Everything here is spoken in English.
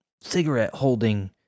cigarette-holding